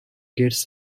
gets